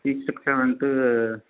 fees structure வந்துட்டு